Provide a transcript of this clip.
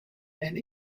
and